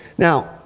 Now